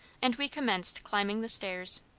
and we commenced climbing the stairs.